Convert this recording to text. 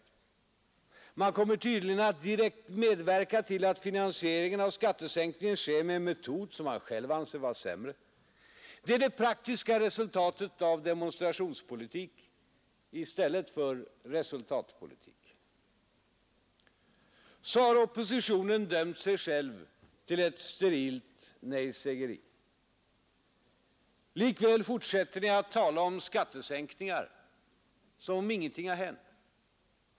Tydligen kommer oppositionen direkt att medverka till att finansieringen av skattesänkningen sker med en metod som man själv anser vara sämre. Det är det praktiska resultatet av en demonstrationspolitik i stället för en resultatpolitik. Så har oppositionen dömt sig själv till ett sterilt nejsägeri. Likväl fortsätter ni att tala om skattesänkningar som om ingenting har hänt.